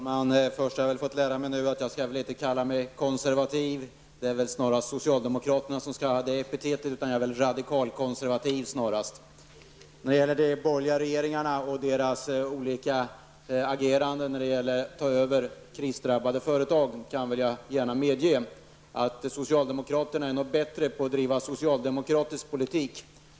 Herr talman! Jag har fått lära mig nu att jag inte skall kalla mig konservativ -- det är väl snarast socialdemokraterna som skall ha det epitetet -- utan jag är nog snarast radikalkonservativ. Vad beträffar de borgerliga regeringarnas agerande när det gällde att ta över krisdrabbade företag kan jag gärna medge att socialdemokraterna nog är bättre på att föra socialdemokratisk politik.